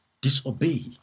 disobey